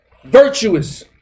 Virtuous